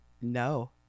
No